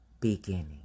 beginning